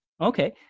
Okay